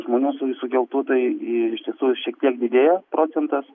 žmonių su sukeltų tai iš tiesų šiek tiek didėja procentas